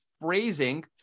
phrasing